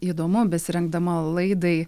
įdomu besirengdama laidai